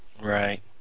Right